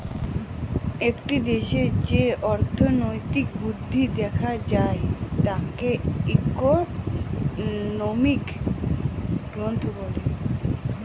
একটা দেশে যে অর্থনৈতিক বৃদ্ধি দেখা যায় তাকে ইকোনমিক গ্রোথ বলে